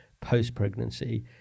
post-pregnancy